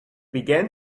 began